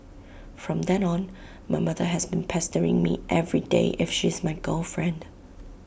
from then on my mother has been pestering me everyday if she's my girlfriend